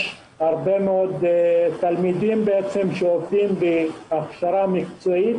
יש הרבה מאוד תלמידים שעושים הכשרה מקצועית.